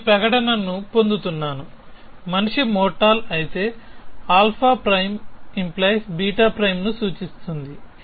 నేను ఈ ప్రకటనను పొందుతున్నాను మనిషి మోర్టల్ అయితే α'🡪 β' సూచిస్తుంది